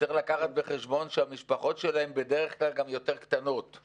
צריך לקחת בחשבון שבדרך כלל המשפחות שלהם גם קטנות יותר,